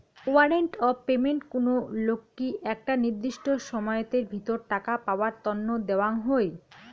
warrant of payment কুনো লোককি একটা নির্দিষ্ট সময়াতের ভিতর টাকা পাওয়ার তন্ন দেওয়াঙ হই